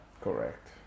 Correct